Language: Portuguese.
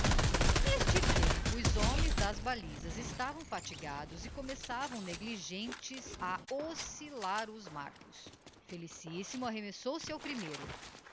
n'este tempo os homens das balisas estavam fatigados e começavam negligentes a oscillar os marcos felicíssimo arremessou-se ao primeiro